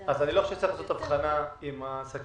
אז אני חושב שלא צריך לעשות הבחנה אם העסקים